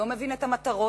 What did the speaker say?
לא מבין את המטרות,